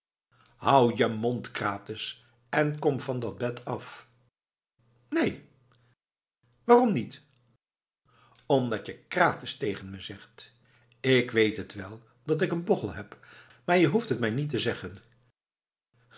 hou je mond krates en kom van dat bed af neen waarom niet omdat je krates tegen me zegt ik weet het wel dat ik een bochel heb maar jij hoeft het mij niet te zeggen